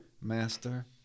master